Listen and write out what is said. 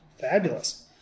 fabulous